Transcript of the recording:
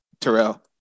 Terrell